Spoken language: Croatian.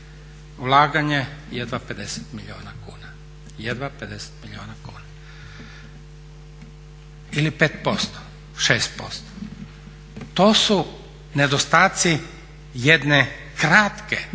kuna, jedva 50 milijuna kuna ili 5%, 6%. To su nedostaci jedne kratke